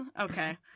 Okay